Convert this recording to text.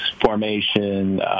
formation